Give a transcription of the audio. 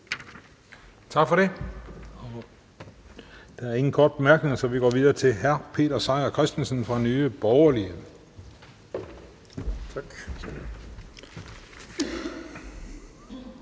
Tak for det. Der er ingen korte bemærkninger, så vi går videre til hr. Peter Seier Christensen fra Nye Borgerlige. Kl.